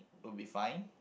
would be fine